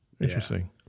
Interesting